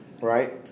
right